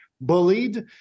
bullied